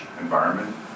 environment